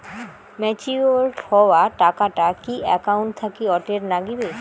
Matured হওয়া টাকাটা কি একাউন্ট থাকি অটের নাগিবে?